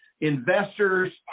investors